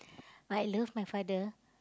I love my father